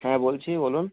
হ্যাঁ বলছি বলুন